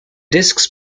discs